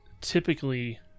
Typically